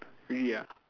really ah